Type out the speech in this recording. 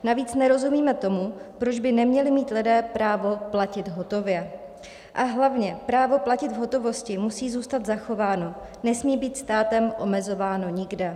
Navíc nerozumíme tomu, proč by neměli mít lidé právo platit hotově, a hlavně právo platit v hotovosti musí zůstat zachováno, nesmí být státem omezováno nikde.